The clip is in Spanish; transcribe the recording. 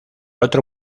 otro